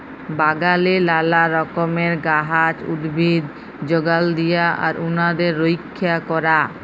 বাগালে লালা রকমের গাহাচ, উদ্ভিদ যগাল দিয়া আর উনাদের রইক্ষা ক্যরা